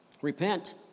repent